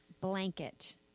blanket